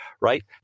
right